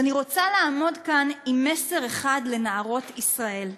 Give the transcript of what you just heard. אז אני רוצה לעמוד כאן עם מסר אחד לנערות ישראל: